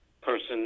person